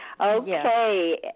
Okay